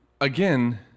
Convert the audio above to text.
again